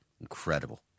Incredible